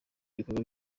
ibikorwa